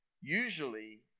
usually